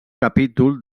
capítol